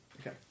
Okay